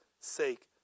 sake